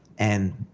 and,